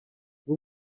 rwo